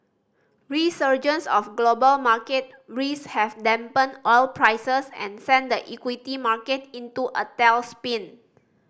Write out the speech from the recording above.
resurgence of global market risk have dampened oil prices and sent the equity market into a tailspin